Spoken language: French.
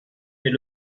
mais